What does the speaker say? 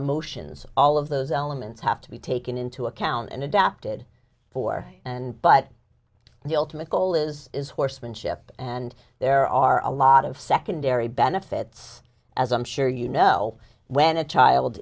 emotions all of those elements have to be taken into account and adapted for and but the ultimate goal is is horsemanship and there are a lot of secondary benefits as i'm sure you know when a child